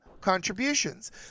contributions